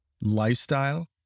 lifestyle